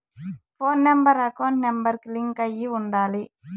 పోను number account number కి link అయ్యి ఉండాలి